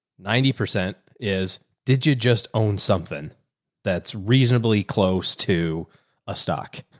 ninety percent is, did you just own something that's reasonably close to a stock?